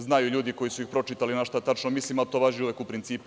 Znaju ljudi koji su ih pročitali na šta tačno mislim, a to važi uvek u principu.